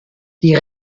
die